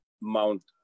mount